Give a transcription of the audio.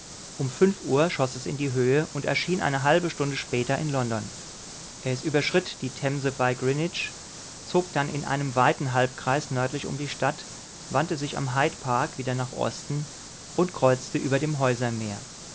um fünf uhr schoß es in die höhe und erschien eine halbe stunde später in london es überschritt die themse bei greenwich zog dann in einem weiten halbkreis nördlich um die stadt wandte sich am hyde park wieder nach osten und kreuzte über dem häusermeer